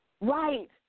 Right